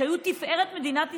שהיו תפארת מדינת ישראל,